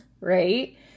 right